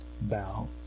bow